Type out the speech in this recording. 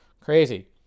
crazy